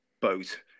boat